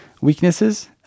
weaknesses